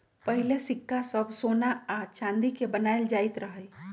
पहिले सिक्का सभ सोना आऽ चानी के बनाएल जाइत रहइ